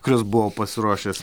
kuris buvo pasiruošęs